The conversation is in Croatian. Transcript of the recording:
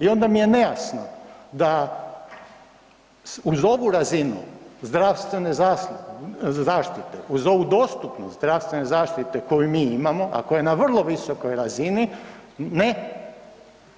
I onda mi je nejasno da uz ovu razinu zdravstvene zaštite, uz ovu dostupnost zdravstvene zaštite koju mi imamo, a koja je na vrlo visokoj razini, ne